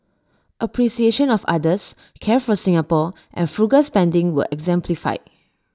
appreciation of others care for Singapore and frugal spending were exemplified